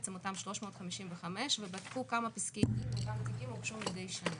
בעצם אותם 355 ובדקו כמה פסקי דין או כמה תיקים הוגשו מדי שנה.